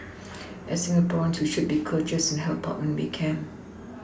as Singaporeans we should be courteous and help out when we can